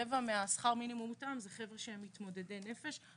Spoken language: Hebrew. רבע מהשכר מינימום מותאם זה אנשים שהם מתמודדי נפש.